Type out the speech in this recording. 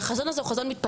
והחזון הזה הוא חזון מתפתח,